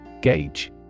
gauge